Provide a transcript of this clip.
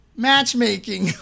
Matchmaking